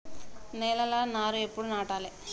నేలలా నారు ఎప్పుడు నాటాలె?